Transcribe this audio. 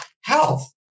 health